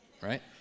right